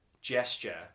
gesture